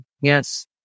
Yes